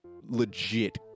legit